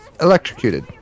electrocuted